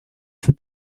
for